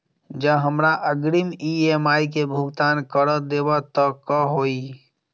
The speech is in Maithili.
जँ हमरा अग्रिम ई.एम.आई केँ भुगतान करऽ देब तऽ कऽ होइ?